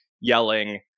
yelling